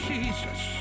Jesus